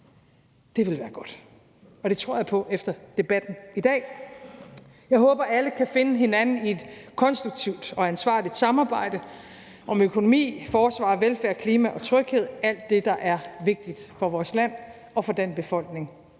Det ville være godt, og det tror jeg på efter debatten i dag. Jeg håber, alle kan finde hinanden i et konstruktivt og ansvarligt samarbejde om økonomi, forsvar, velfærd, klima og tryghed – alt det, der er vigtigt for vores land og for den befolkning,